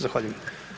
Zahvaljujem.